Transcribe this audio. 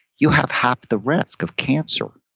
you have half the risk of cancer.